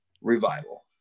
revival